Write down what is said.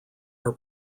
are